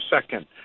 second